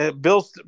Bill